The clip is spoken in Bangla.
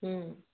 হুম